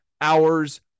hours